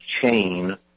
chain